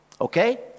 Okay